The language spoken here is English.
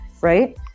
right